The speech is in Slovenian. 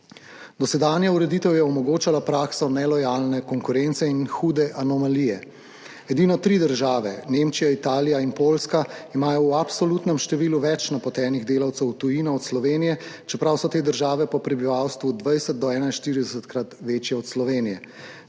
Dosedanja ureditev je omogočala prakso nelojalne konkurence in hude anomalije. Edino tri države, Nemčija, Italija in Poljska, imajo v absolutnem številu več napotenih delavcev v tujino od Slovenije, čeprav so te države po prebivalstvu od 20-krat do 41-krat večje od Slovenije.